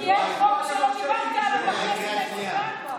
כי אין חוק שלא קיבלת עליו בכנסת העשרים-וארבע,